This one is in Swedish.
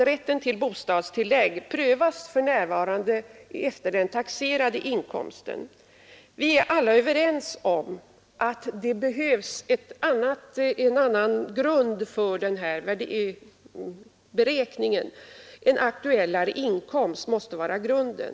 Rätten till bostadstillägg prövas för närvarande efter den taxerade Nr 60 inkomsten. Vi är alla överens om att det behövs en annan grund för den Onsdagen den här beräkningen. En aktuellare inkomst måste vara grunden.